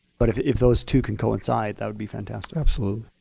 but if if those two can coincide that would be fantastic. absolutely.